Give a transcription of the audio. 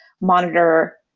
monitor